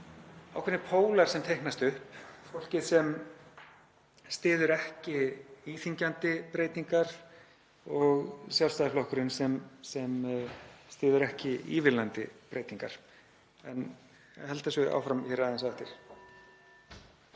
ákveðnir pólar sem teiknast upp; fólkið sem styður ekki íþyngjandi breytingar og Sjálfstæðisflokkurinn sem styður ekki ívilnandi breytingar. Ég held áfram aðeins eftir.